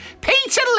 Peter